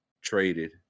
traded